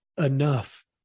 enough